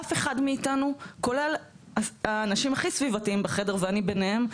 אף אחד מאיתנו כולל האנשים הכי סביבתיים בחדר ואני ביניהם,